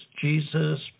Jesus